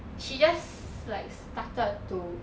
she just like started to